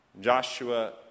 Joshua